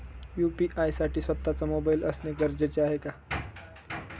UPI साठी स्वत:चा mobile असणे गरजेचे आहे का?